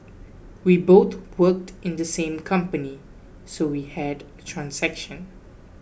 we both work in the same company so we had transaction